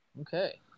Okay